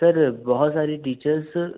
sir बहुत सारी teachers